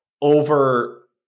over